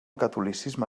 catolicisme